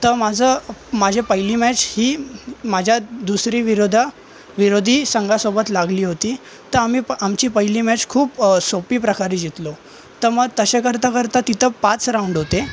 तर माझं माझे पहिली मॅच ही माझ्या दुसरी विरुद्ध विरोधी संघासोबत लागली होती तर आम्ही प आमची पहिली मॅच खूप सोपी प्रकारे जीतलो तर मग तसे करताकरता तिथं पाच राऊंड होते